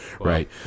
right